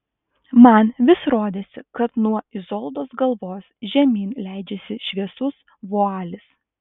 man vis rodėsi kad nuo izoldos galvos žemyn leidžiasi šviesus vualis